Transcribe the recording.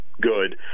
good